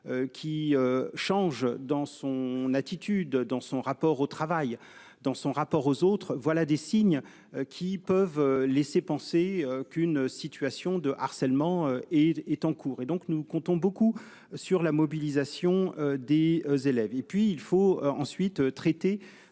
Qui change dans son attitude, dans son rapport au travail. Dans son rapport aux autres voilà des signes qui peuvent laisser penser qu'une situation de harcèlement et est en cours et donc nous comptons beaucoup sur la mobilisation des élèves et puis il faut ensuite traiter